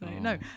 No